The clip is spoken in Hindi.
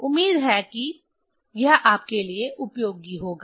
उम्मीद है कि यह आपके लिए उपयोगी होगा